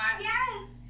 Yes